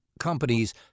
companies